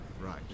Right